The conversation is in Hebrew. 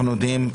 אנחנו יודעים,